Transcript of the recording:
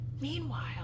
meanwhile